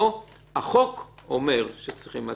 אבל יש פה משהו עקרוני, שצריך לפתור אותו.